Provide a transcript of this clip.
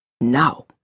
Now